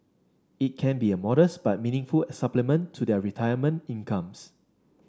it can be a modest but meaningful supplement to their retirement incomes